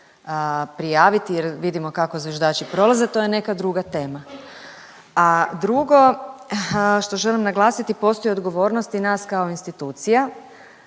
prijaviti, jer vidimo kako zviždači prolaze to je neka druga tema. A drugo što želim naglasiti postoji odgovornost i nas kao institucija.